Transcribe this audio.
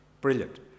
brilliant